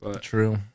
True